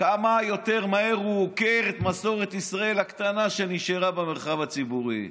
כמה יותר מהר הוא עוקר את מסורת ישראל הקטנה שנשארה במרחב הציבורי: